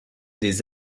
des